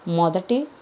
మొదటి